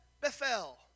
Bethel